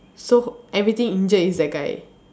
so everything injured is that guy